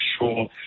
sure